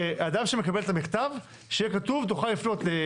שיהיה כתוב לאדם שמקבל את המכתב למי הוא יכול לפנות.